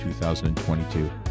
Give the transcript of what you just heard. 2022